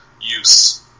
use